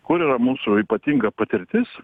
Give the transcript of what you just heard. kur yra mūsų ypatinga patirtis